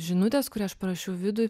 žinutės kurią aš parašiau vidui